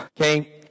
Okay